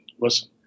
listen